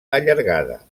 allargada